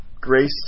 grace